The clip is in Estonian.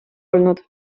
olnud